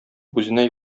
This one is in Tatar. үзенә